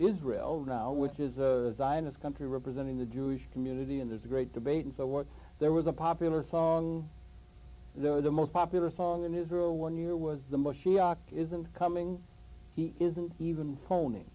israel now which is a zionist country representing the jewish community and there's a great debate and so what there was a popular song though the most popular song in israel one year was the moshiach isn't coming he isn't even honing